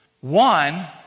one